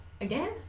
Again